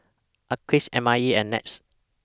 Acres M I E and Nets